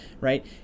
right